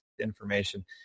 information